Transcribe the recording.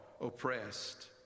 oppressed